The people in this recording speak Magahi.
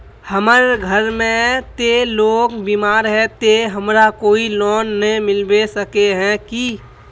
हमर घर में ते लोग बीमार है ते हमरा कोई लोन नय मिलबे सके है की?